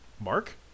mark